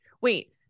Wait